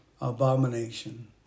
abomination